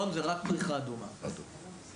בנתונים שאני הולכת להציג.